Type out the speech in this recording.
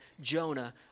Jonah